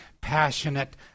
passionate